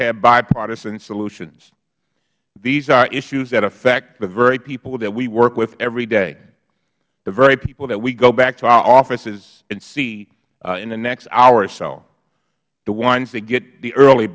have bipartisan solutions these are issues that affect the very people that we work with every day the very people that we go back to our offices and see in the next hour or so the ones that get the early